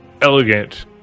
elegant